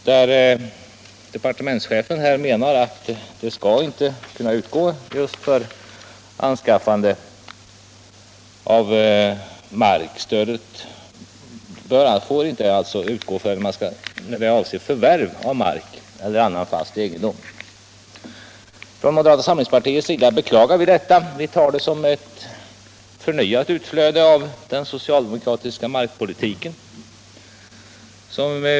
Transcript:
Departementschefen menar att det inte skall utgå för förvärv av mark eller annan fast egendom. Vi i moderata samlingspartiet ser detta som ett nytt utflöde av den socialdemokratiska markpolitiken.